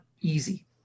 easy